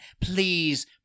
Please